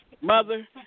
Mother